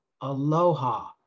Aloha